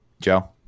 Joe